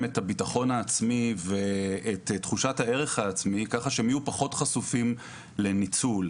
את הביטחון העצמי ואת תחושת הערך העצמי כך שהם יהיו פחות חשופים לניצול.